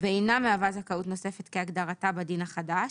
ואינה מהווה זכאות נוספת כהגדרתה בדין החדש,